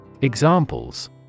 Examples